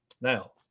now